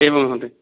एवं महोदय